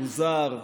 מוזר,